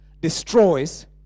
destroys